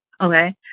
okay